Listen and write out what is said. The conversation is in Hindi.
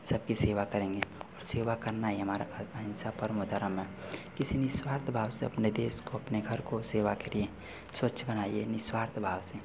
सबकी सेवा करेंगे और सेवा करना ही हमारा धर्म है अहिंसा परम धर्म है किसी निस्वार्थ भाव से अपने देश की अपने घर की सेवा केरिए स्वच्छ बनाइए निस्वार्थ भाव से